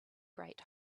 great